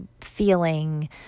feeling